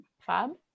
Fab